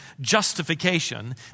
justification